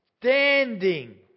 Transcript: standing